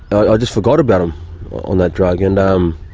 i just forgot about them on that drug. and um